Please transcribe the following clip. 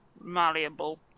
malleable